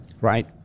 right